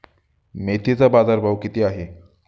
मेथीचा बाजारभाव किती आहे?